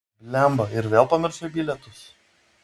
blemba ir vėl pamiršai bilietus